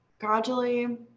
gradually